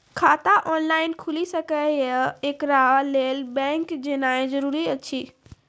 खाता ऑनलाइन खूलि सकै यै? एकरा लेल बैंक जेनाय जरूरी एछि?